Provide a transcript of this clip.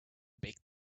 big